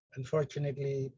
unfortunately